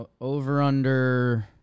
Over-under